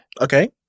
Okay